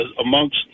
amongst